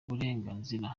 burenganzira